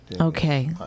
Okay